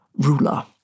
ruler